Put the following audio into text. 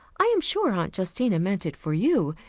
i am sure aunt justina meant it for you.